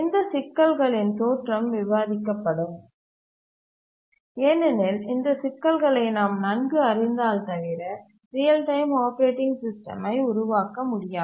இந்த சிக்கல்களின் தோற்றம் விவாதிக்கப்படும் ஏனெனில் இந்த சிக்கல்களை நாம் நன்கு அறிந்தால் தவிர ரியல் டைம் ஆப்பரேட்டிங் சிஸ்டமை உருவாக்க முடியாது